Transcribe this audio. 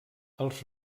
els